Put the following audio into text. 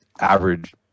average